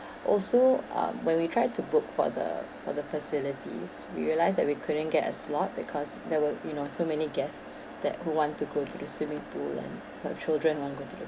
also um when we tried to book for the for the facilities we realised that we couldn't get a slot because there were you know so many guests that who want to go to the swimming pool and the children want go to the